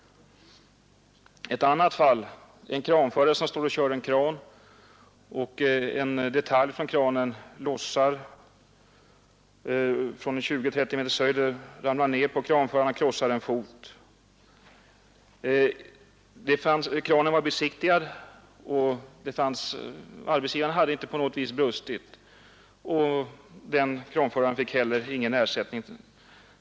Ett annat fall gäller en kranförare. En detalj från kranen lossnade och föll från 20-30 meters höjd ner på kranföraren och krossade hans fot. Kranen var besiktigad och arbetsgivaren hade inte brustit i något avseende. Den kranföraren fick heller ingen ersättning.